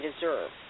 deserve